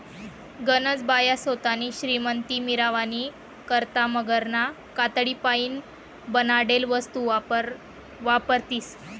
गनज बाया सोतानी श्रीमंती मिरावानी करता मगरना कातडीपाईन बनाडेल वस्तू वापरतीस